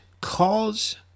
cause